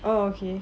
oh okay